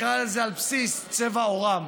נקרא לזה על בסיס צבע עורם.